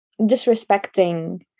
disrespecting